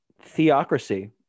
Theocracy